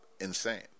insane